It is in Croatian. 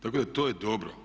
Tako da to je dobro.